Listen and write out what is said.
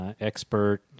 Expert